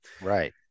Right